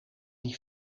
die